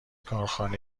کارخانه